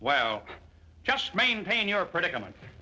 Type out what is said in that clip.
l just maintain your predicament